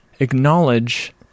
acknowledge